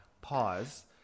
pause